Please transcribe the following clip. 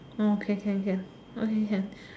orh okay can can okay can